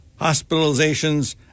hospitalizations